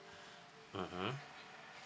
mmhmm